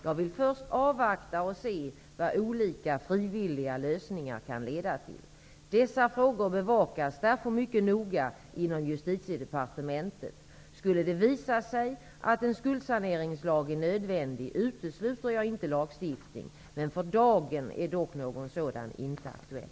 Jag vill först avvakta och se vad olika frivilliga lösningar kan leda till. Dessa frågor bevakas därför mycket noga inom Justitiedepartementet. Skulle det visa sig att en skuldsaneringslag är nödvändig, utesluter jag inte lagstiftning. För dagen är dock någon sådan inte aktuell.